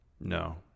No